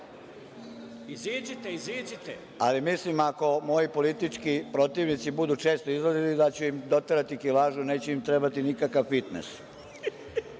bez krivice, ali mislim da ako moji politički protivnici budu često izlazili da ću im doterati kilažu, neće im trebati nikakav fitnes. Dame